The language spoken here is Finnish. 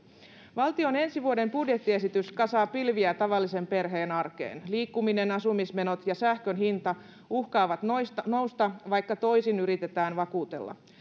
valtion ensi vuoden budjettiesitys kasaa pilviä tavallisen perheen arkeen liikkuminen asumismenot ja sähkön hinta uhkaavat nousta nousta vaikka toisin yritetään vakuutella